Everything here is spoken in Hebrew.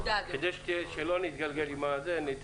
תודה, אדוני.